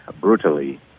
brutally